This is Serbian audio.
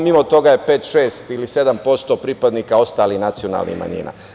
Nivo toga je 5, 6 ili 7% pripadnika ostalih nacionalnih manjina.